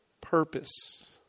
purpose